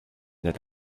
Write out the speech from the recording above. that